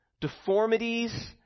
deformities